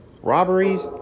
robberies